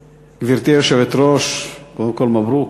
גברתי היושבת-ראש, קודם כול, מברוכ.